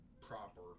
proper